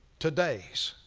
todays.